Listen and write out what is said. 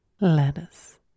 Lettuce